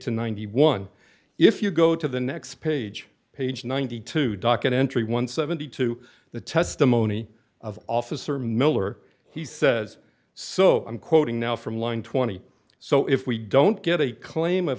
to ninety one if you go to the next page page ninety two docket entry one hundred and seventy two the testimony of officer miller he says so i'm quoting now from line twenty so if we don't get a claim of